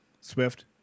Swift